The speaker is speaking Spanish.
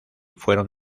fueron